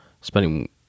spending